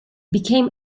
became